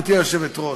גברתי היושבת-ראש,